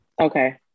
Okay